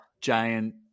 giant